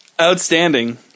Outstanding